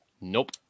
Nope